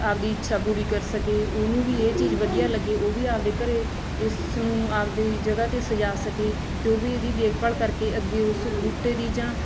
ਆਪਦੀ ਇੱਛਾ ਪੂਰੀ ਕਰ ਸਕੇ ਉਹਨੂੰ ਵੀ ਇਹ ਚੀਜ਼ ਵਧੀਆ ਲੱਗੇ ਉਹ ਵੀ ਆਪਦੇ ਘਰੇ ਇਸ ਨੂੰ ਆਪਦੇ ਜਗ੍ਹਾ 'ਤੇ ਸਜਾ ਸਕੇ ਅਤੇ ਉਹ ਵੀ ਇਹਦੀ ਦੇਖਭਾਲ ਕਰਕੇ ਅੱਗੇ ਉਸ ਬੂਟੇ ਦੀ ਜਾਂ